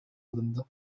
alındı